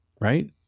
right